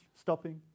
stopping